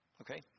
okay